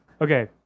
Okay